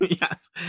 Yes